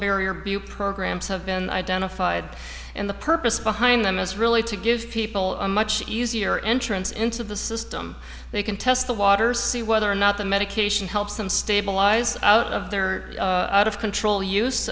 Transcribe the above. barrier bute programs have been identified in the purpose behind them is really to give people a much easier entrance into the system they can test the waters see whether or not the medication helps them stabilize out of their out of control use